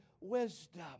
wisdom